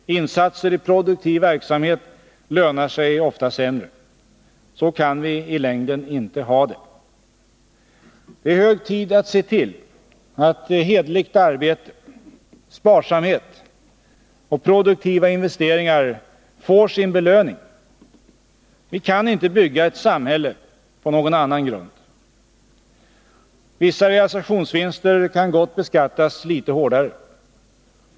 Insatser i produktiv verksamhet lönar sig ofta sämre. Så kan vi i längden inte ha det. Det är hög tid att se till att hederligt arbete, sparsamhet och produktiva investeringar får sin belöning. Vi kan inte bygga ett samhälle på någon annan grund. Vissa realisationsvinster kan gott beskattas litet hårdare.